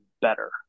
better